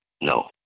no